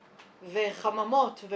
חממות,